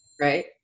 Right